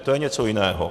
To je něco jiného.